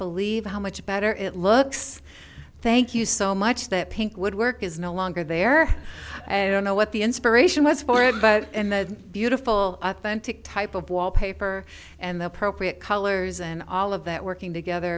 believe how much better it looks thank you so much that pink woodwork is no longer there i don't know what the inspiration was for it but and the beautiful authentic type of wallpaper and the appropriate colors and all of that working